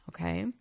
okay